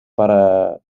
para